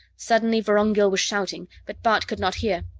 suddenly vorongil was shouting, but bart could not hear.